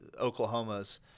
Oklahoma's